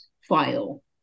file